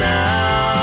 now